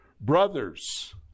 Brothers